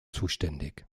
zuständig